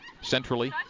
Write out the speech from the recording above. centrally